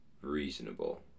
reasonable